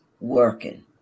working